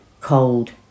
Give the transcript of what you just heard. cold